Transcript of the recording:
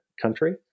country